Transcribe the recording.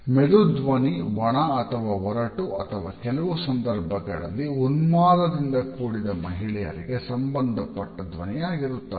ಮೆದು ಧ್ವನಿ ಒಣ ಅಥವಾ ಒರಟು ಅಥವಾ ಕೆಲವು ಸಂದರ್ಭಗಳಲ್ಲಿ ಉನ್ಮಾದದಿಂದ ಕೂಡಿದ ಮಹಿಳೆಯರಿಗೆ ಸಂಬಂಧಪಟ್ಟ ಧ್ವನಿಯಾಗಿರುತ್ತದೆ